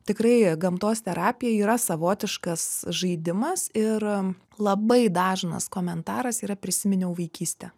tikrai gamtos terapija yra savotiškas žaidimas ir labai dažnas komentaras yra prisiminiau vaikystę